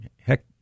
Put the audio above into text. Heck